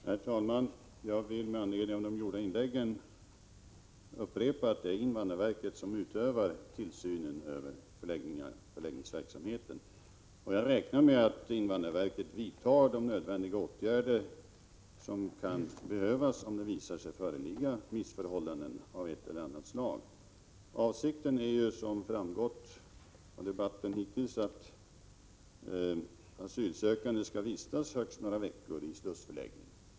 Herr talman! Jag vill med anledning av de gjorda inläggen upprepa att det är invandrarverket som utövar tillsynen över förläggningsverksamheten. Jag räknar med att invandrarverket vidtar nödvändiga åtgärder om det visar sig föreligga missförhållanden av ett eller annat slag. Som framgått av debatten hittills är avsikten att asylsökande skall vistas högst några veckor i slussförläggning.